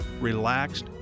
relaxed